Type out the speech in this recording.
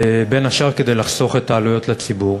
בין השאר כדי לחסוך את העלויות לציבור.